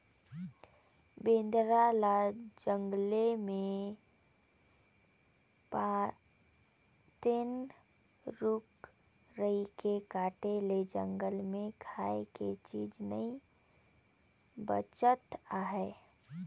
बेंदरा ल जंगले मे पातेन, रूख राई के काटे ले जंगल मे खाए के चीज नइ बाचत आहे